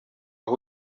aho